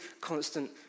constant